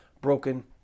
broken